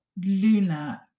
Luna